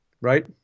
Right